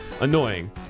annoying